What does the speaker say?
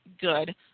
good